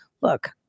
Look